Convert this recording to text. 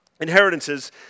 Inheritances